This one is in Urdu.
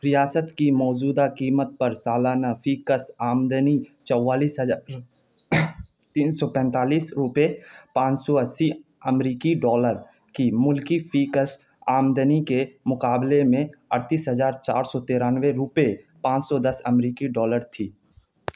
ریاست کی موجودہ قیمت پر سالانہ فی کس آمدنی چوالیس ہزار تین سو پینتالیس روپے پانچ سو اسی امریکی ڈالر کی ملکی فی کس آمدنی کے مقابلے میں اڑتیس ہزار چار سو ترانوے روپے پانچ سو دس امریکی ڈالر تھی